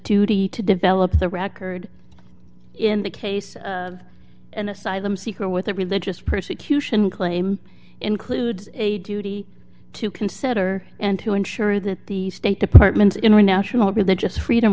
duty to develop the record in the case of an asylum seeker with a religious persecution claim includes a duty to consider and to ensure that the state department's international religious freedom